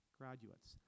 graduates